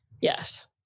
Yes